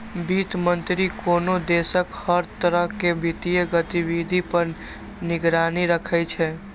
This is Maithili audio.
वित्त मंत्री कोनो देशक हर तरह के वित्तीय गतिविधि पर निगरानी राखै छै